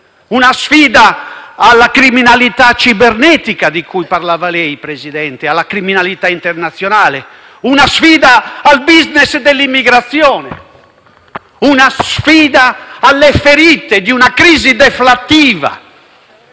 una sfida alla criminalità cibernetica, di cui parlava lei, Presidente, alla criminalità internazionale, una sfida al *business* dell'immigrazione, una sfida alle ferite di una crisi deflattiva